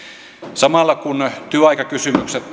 samalla kun työaikakysymykset